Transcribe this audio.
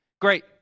great